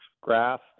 grass